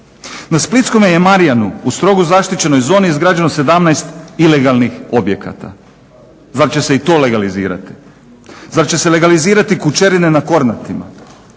Na splitskome je Marjanu u strogo zaštićenoj zoni izgrađeno 17 ilegalnih objekata. Zar će se i to legalizirati? Zar će se legalizirati kućerine na Kornatima?